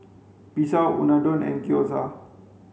Pizza Unadon and Gyoza